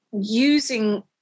using